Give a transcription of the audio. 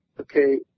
okay